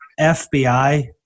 FBI